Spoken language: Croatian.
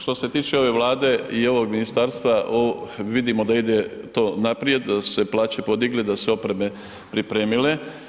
Što se tiče ove Vlade i ovog ministarstva, vidimo da ide to naprijed, da su se plaće podigle, da su se opreme pripremile.